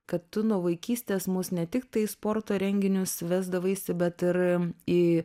kad tu nuo vaikystės mus ne tik tai į sporto renginius vesdavaisi bet ir į